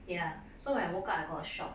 ya so when I woke up I got a shock